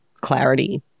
clarity